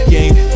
Game